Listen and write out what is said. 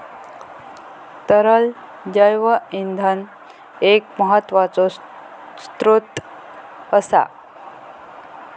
तरल जैव इंधन एक महत्त्वाचो स्त्रोत असा